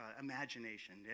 imagination